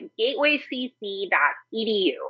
gatewaycc.edu